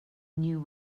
knew